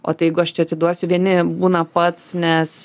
o tai jeigu aš čia atiduosiu vieni būna pats nes